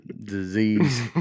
disease